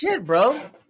bro